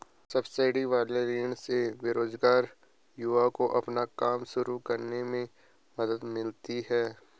subsidy वाले ऋण से बेरोजगार युवाओं को अपना काम शुरू करने में मदद मिलती है